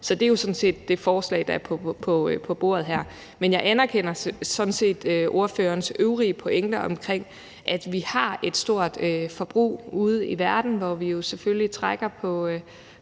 så det er jo sådan set det forslag, der er på bordet her. Men jeg anerkender sådan set ordførerens øvrige pointer om, at vi har et stort forbrug ude i verden, da vi selvfølgelig også trækker på